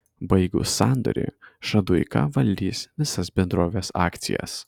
baigus sandorį šaduika valdys visas bendrovės akcijas